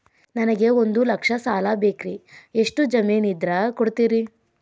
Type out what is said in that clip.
ನನಗೆ ಒಂದು ಲಕ್ಷ ಸಾಲ ಬೇಕ್ರಿ ಎಷ್ಟು ಜಮೇನ್ ಇದ್ರ ಕೊಡ್ತೇರಿ?